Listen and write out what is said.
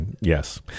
Yes